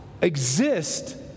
exist